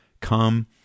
come